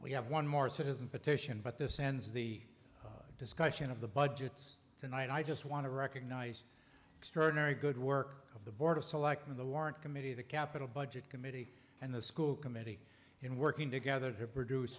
we have one more citizen petition but this ends the discussion of the budgets tonight i just want to recognize extraordinary good work of the board of selectmen the warrant committee the capital budget committee and the school committee in working together to produce